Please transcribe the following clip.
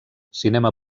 cinema